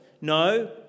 No